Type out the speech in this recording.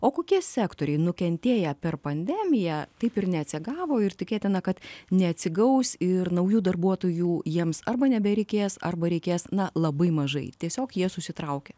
o kokie sektoriai nukentėję per pandemiją taip ir neatsigavo ir tikėtina kad neatsigaus ir naujų darbuotojų jiems arba nebereikės arba reikės na labai mažai tiesiog jie susitraukė